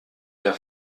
der